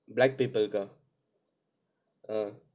black people க்கா:kkaa ah